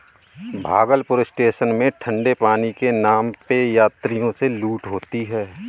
Bhagalpur station में ठंडे पानी के नाम पे यात्रियों से लूट होती है